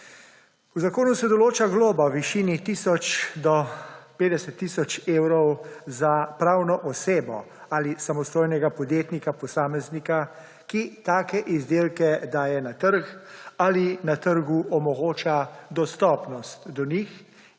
V zakonu se določa globa v višini 100 do 50 tisoč evrov za pravno osebno ali samostojnega podjetnika posameznika, ki take izdelke daje na trg ali na trgu omogoča dostopnost do njih,